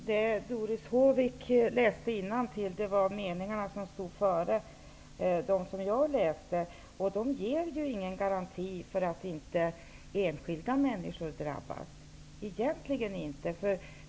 Herr talman! Det som Doris Håvik läste innantill var meningarna som stod före det som jag läste. Detta ger ju egentligen inte någon garanti för att enskilda människor inte skall drabbas.